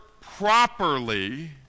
properly